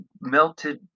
melted